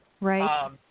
Right